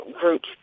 groups